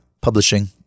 Publishing